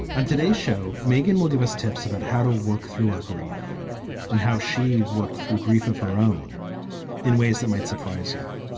on today's show, megan will give us tips about how to work through our grief and how she worked through grief of her own in ways that might surprise you.